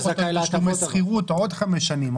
שכירות עוד 5 שנים,